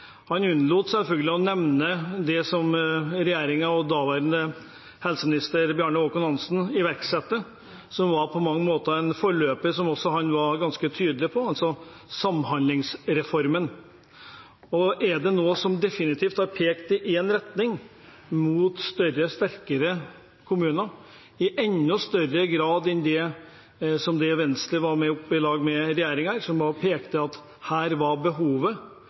han unnlot selvfølgelig å nevne det som regjering og daværende helseminister Bjarne Håkon Hanssen iverksatte, som på mange måter var en forløper, som han også var ganske tydelig på – altså samhandlingsreformen. Det er noe som definitivt har pekt i én retning, fram mot større og sterkere kommuner, i enda større grad enn det Venstre var med på i lag med regjeringen. Man pekte på behovet,